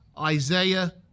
Isaiah